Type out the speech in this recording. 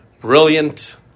brilliant